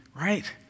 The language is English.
right